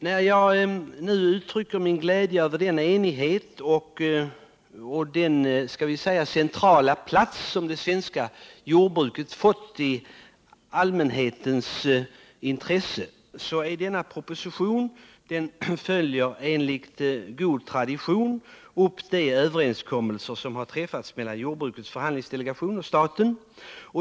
När jag nu uttrycker min glädje över den enigheten och över den centrala plats som det svenska jordbruket fått i allmänhetens intresse, konstaterar jag att denna proposition enligt god tradition följer upp de överenskommelser som träffats mellan jordbrukets förhandlingsdelegation och staten.